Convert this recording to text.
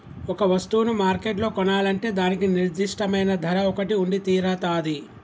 ఒక వస్తువును మార్కెట్లో కొనాలంటే దానికి నిర్దిష్టమైన ధర ఒకటి ఉండితీరతాది